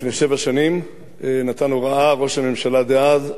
לפני שבע שנים נתן הוראה ראש הממשלה דאז,